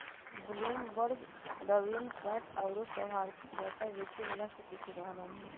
Bloomberg, RavenPack आउरो सभ आर्थिक डाटा बेचे बला के कुछ उदाहरण हइ